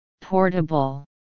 portable